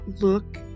look